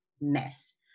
mess